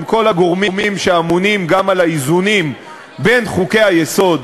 עם כל הגורמים שאמונים גם על האיזונים בין חוקי-היסוד